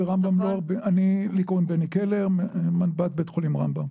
אני מנב"ט בית חולים רמב"ם.